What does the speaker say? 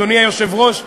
אדוני היושב-ראש,